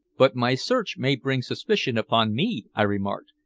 but my search may bring suspicion upon me, i remarked.